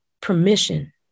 permission